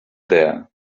there